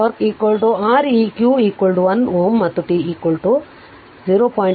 ಆದ್ದರಿಂದ τ R eq 1 Ω ಮತ್ತು τ 0